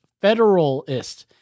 Federalist